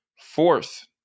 fourth